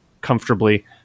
comfortably